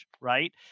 Right